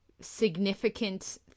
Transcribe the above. significant